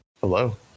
hello